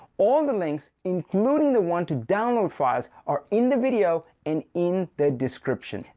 all the links, including the one to download files, are in the video and in the description.